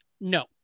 no